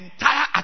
entire